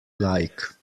like